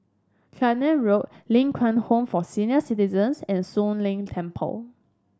Clacton Road Ling Kwang Home for Senior Citizens and Soon Leng Temple